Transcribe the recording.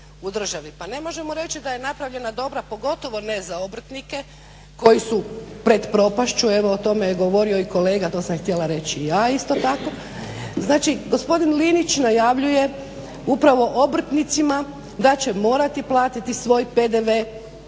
Pa ne možemo reći da je napravljena dobra pogotovo ne za obrtnike koji su pred propašću, evo o tome je govorio kolega, to sam htjela reći i ja isto tako. Znači gospodin Linić najavljuje upravo obrtnicima da će morati platiti svoj PDV